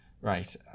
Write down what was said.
Right